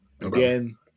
Again